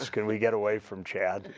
can we get away from chad.